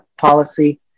Policy